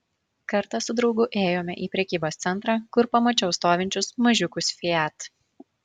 kartą su draugu ėjome į prekybos centrą kur pamačiau stovinčius mažiukus fiat